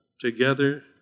together